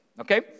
Okay